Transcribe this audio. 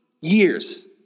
years